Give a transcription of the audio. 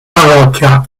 parrocchia